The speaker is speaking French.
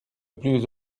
plus